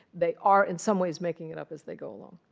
they are, in some ways, making it up as they go along.